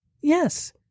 Yes